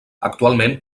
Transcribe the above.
actualment